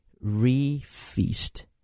re-feast